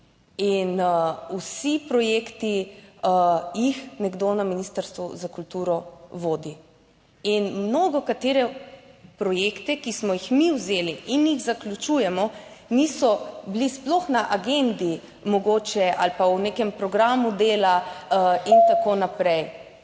in vsi projekti, jih nekdo na Ministrstvu za kulturo vodi in mnogokatere projekte, ki smo jih mi vzeli in jih zaključujemo, niso bili sploh na agendi mogoče ali pa v nekem programu dela / znak za